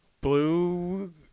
Blue